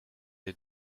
des